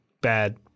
bad